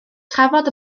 trafod